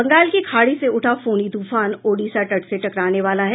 बंगाल की खाड़ी से उठा फोनी तूफान ओडिसा तट से टकराने वाला है